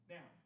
Now